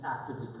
actively